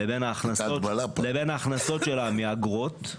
לבין ההכנסות שלה מהאגרות.